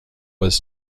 was